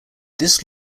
this